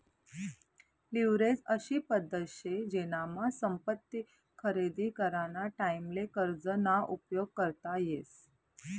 leverage अशी पद्धत शे जेनामा संपत्ती खरेदी कराना टाईमले कर्ज ना उपयोग करता येस